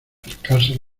acercarse